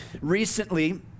Recently